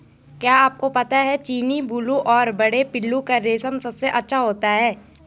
क्या आपको पता है चीनी, बूलू और बड़े पिल्लू का रेशम सबसे अच्छा होता है?